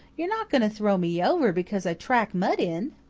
you're not going to throw me over because i track mud in!